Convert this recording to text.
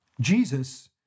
Jesus